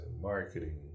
marketing